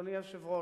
אדוני היושב ראש,